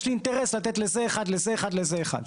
יש לי אינטרס לתת לזה אחד ולזה אחד ולזה אחד.